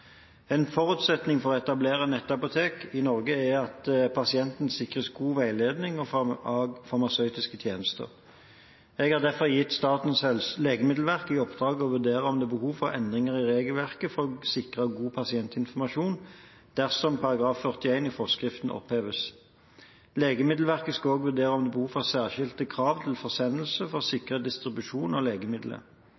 En forutsetning for å etablere nettapotek i Norge er at pasientene sikres god veiledning ved farmasøytiske tjenester. Jeg har derfor gitt Statens legemiddelverk i oppdrag å vurdere om det er behov for endringer i regelverket for å sikre god pasientinformasjon, dersom § 41 i forskriften oppheves. Legemiddelverket skal også vurdere om det er behov for særskilte krav til forsendelse for å